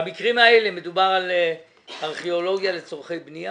במקרים האלה מדובר על ארכיאולוגיה לצרכי בנייה?